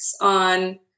on